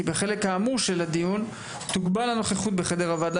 כי בחלק האמור של הדיון תוגבל הנוכחות בחדר הוועדה